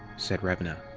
said revna.